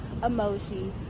emoji